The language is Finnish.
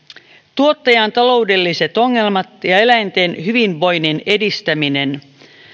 tuottajan taloudelliset ongelmat ja eläinten hyvinvoinnin edistäminen